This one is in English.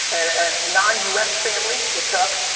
and non us family, what's up,